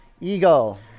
Eagle